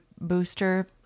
booster